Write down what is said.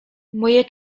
moje